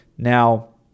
Now